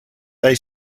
they